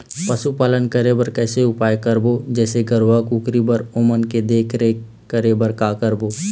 पशुपालन करें बर कैसे उपाय करबो, जैसे गरवा, कुकरी बर ओमन के देख देख रेख करें बर का करबो?